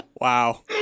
Wow